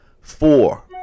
Four